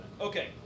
Okay